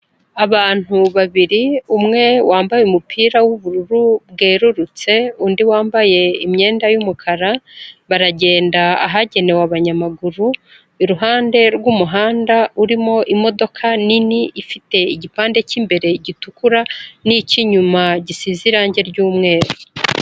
Abantu babiri umwe wambaye umupira w'ubururu bwerurutse undi wambaye imyenda y'umukara baragenda ahagenewe abanyamaguru iruhande rw'umuhanda urimo imodoka nini ifite igipande cy'imbere gitukura n'icy'inyuma gisize irangi ry'umweru.